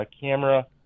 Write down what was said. camera